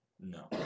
No